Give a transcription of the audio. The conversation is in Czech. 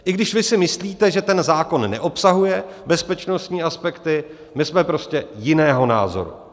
I když si myslíte, že ten zákon neobsahuje bezpečnostní aspekty, my jsme prostě jiného názoru.